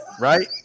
Right